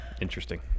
Interesting